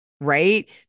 right